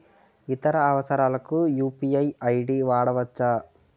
ఇతర అవసరాలకు UPI ID వాడవచ్చా?